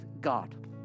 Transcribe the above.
God